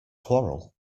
quarrel